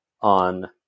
on